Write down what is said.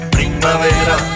Primavera